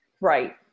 Right